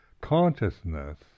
consciousness